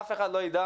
אף אחד לא ידע